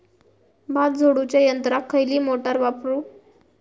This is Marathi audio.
भात झोडूच्या यंत्राक खयली मोटार वापरू?